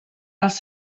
els